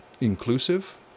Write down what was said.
inclusive